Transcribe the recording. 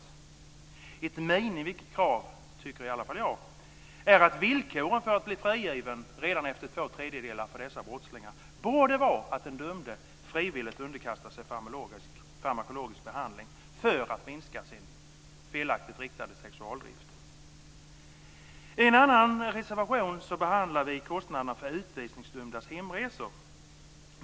Jag tycker att ett minimikrav för att dessa brottslingar ska bli frigivna redan efter att två tredjedelar av straffet har avtjänats borde vara att den dömde frivilligt underkastar sig farmakologisk behandling för att minska den felaktigt riktade sexualdriften. I en annan reservation behandlar vi kostnaderna för utvisningsdömdas hemresor.